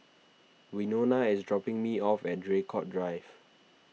Wynona is dropping me off at Draycott Drive